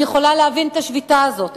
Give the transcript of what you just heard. אני יכולה להבין את השביתה הזאת,